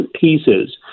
pieces